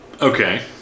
Okay